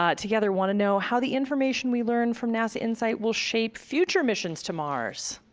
ah together wanna know how the information we learn from nasa insight will shape future missions to mars.